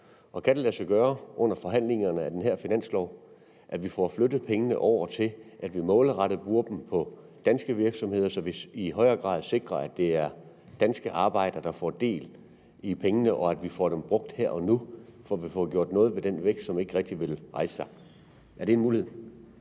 gøre, at vi her under forhandlingerne om næste års finanslov får flyttet pengene på en måde, så vi bruger dem målrettet på danske virksomheder og i højere grad sikrer, at danske arbejdere får del i pengene, og at vi får dem brugt her og nu, så vi får gjort noget ved den vækst, som ikke rigtig vil komme i gang? Er det en mulighed?